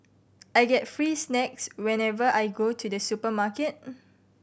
I get free snacks whenever I go to the supermarket